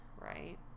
Right